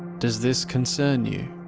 does this concern you?